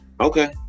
Okay